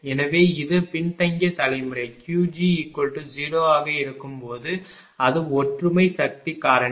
எனவே இது பின்தங்கிய தலைமுறை Qg0 ஆக இருக்கும்போது அது ஒற்றுமை சக்தி காரணி